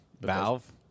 Valve